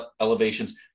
elevations